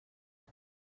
day